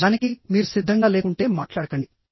నిజానికి మీరు సిద్ధంగా లేకుంటే మాట్లాడకండి